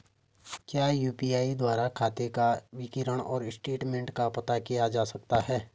क्या यु.पी.आई द्वारा खाते का विवरण और स्टेटमेंट का पता किया जा सकता है?